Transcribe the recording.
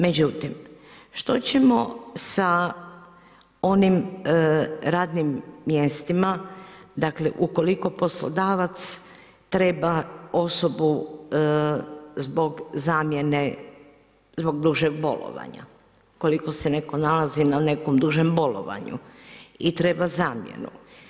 Međutim, što ćemo sa onim radnim mjestima, dakle ukoliko poslodavac treba osobu zbog zamjene, zbog dužeg bolovanja, ukoliko se netko nalazi na dužem bolovanju i treba zamjenu?